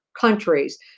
countries